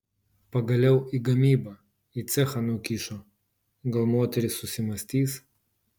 pagaliau į gamybą į cechą nukišo gal moteris susimąstys